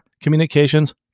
communications